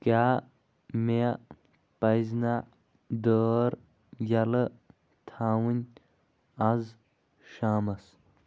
کیٛاہ مےٚ پزِنہ دٲر یلہٕ تھاوٕنۍ آز شامَس